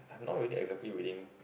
I'm not really exactly reading